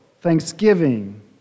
thanksgiving